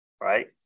right